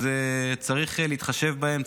צריך להתחשב בהן,